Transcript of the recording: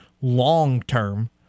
long-term